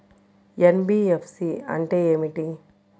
NBFC అంటే ఏమిటి?